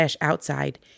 outside